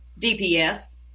DPS